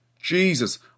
Jesus